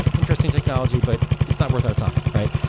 interesting technology, but it's not worth our time, right?